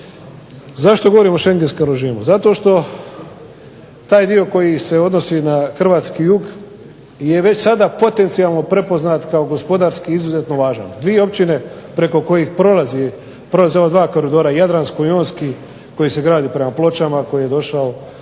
Zašto govorim o schengenskom režimu? Zato što taj dio koji se odnosi na hrvatski jug je već sada potencijalno prepoznat kao gospodarski izuzetno važan. Dvije općine preko kojih prolaze ova dva koridora, jadransko-jonski koji se gradi prema Pločama, koji je došao,